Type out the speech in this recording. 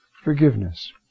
forgiveness